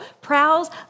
prowls